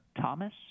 Thomas